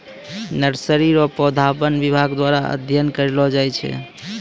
nursery रो पौधा वन विभाग द्वारा अध्ययन करलो जाय छै